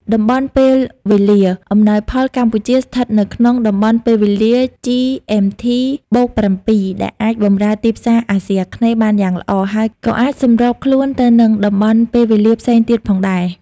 តំបន់ពេលវេលាអំណោយផល កម្ពុជាស្ថិតនៅក្នុងតំបន់ពេលវេលា GMT+7 ដែលអាចបម្រើទីផ្សារអាស៊ីអាគ្នេយ៍បានយ៉ាងល្អ ហើយក៏អាចសម្របខ្លួនទៅនឹងតំបន់ពេលវេលាផ្សេងទៀតផងដែរ។